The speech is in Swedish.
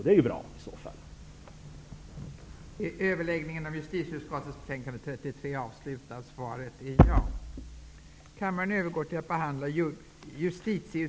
Det är i så fall bra.